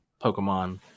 Pokemon